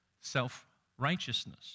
self-righteousness